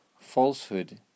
falsehood